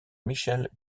michelle